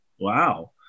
Wow